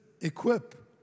equip